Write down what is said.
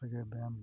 ᱨᱮᱜᱮ ᱵᱮᱭᱟᱢ